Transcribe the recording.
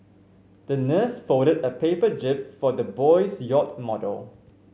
the nurse folded a paper jib for the little boy's yacht model